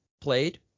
played